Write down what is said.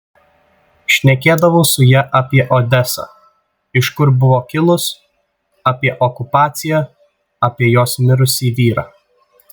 šnekėdavau su ja apie odesą iš kur buvo kilus apie okupaciją apie jos mirusį vyrą